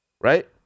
right